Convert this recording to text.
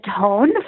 tone